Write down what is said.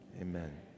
amen